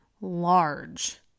large